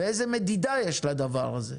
ואיזו מדידה יש לדבר הזה?